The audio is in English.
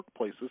workplaces